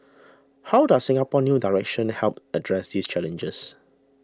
how does Singapore's new direction help address these challenges